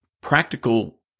practical